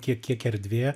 kiek kiek erdvė